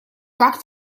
как